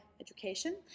education